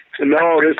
No